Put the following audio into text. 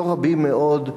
לא רבים מאוד,